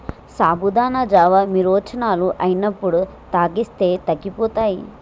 సాబుదానా జావా విరోచనాలు అయినప్పుడు తాగిస్తే తగ్గిపోతాయి